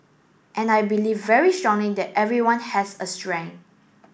and I believe very strongly that everyone has a strength